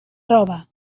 roba